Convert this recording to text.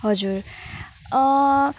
हजुर